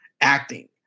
acting